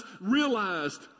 realized